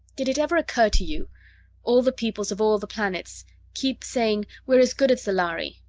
did it ever occur to you all the peoples of all the planets keep saying, we're as good as the lhari,